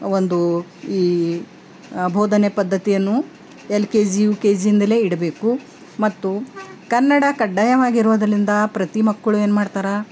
ಒಂದು ಈ ಬೋಧನೆ ಪದ್ದತಿಯನ್ನು L K G U K ಝಿಯಿಂದಲೇ ಇಡಬೇಕು ಮತ್ತು ಕನ್ನಡ ಕಡ್ಡಾಯವಾಗಿರೋದಲಿಂದ ಪ್ರತಿ ಮಕ್ಕಳು ಏನ್ಮಾಡ್ತಾರ